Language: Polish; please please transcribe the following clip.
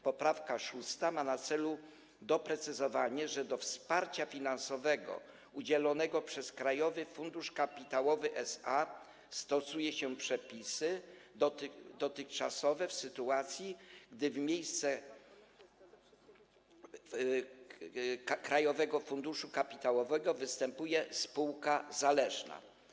Poprawka szósta ma na celu doprecyzowanie, że do wsparcia finansowego udzielonego przez Krajowy Fundusz Kapitałowy SA stosuje się przepisy dotychczasowe w sytuacji, gdy w miejsce Krajowego Funduszu Kapitałowego wstępuje spółka zależna.